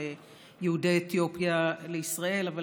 יהודי אתיופיה לישראל.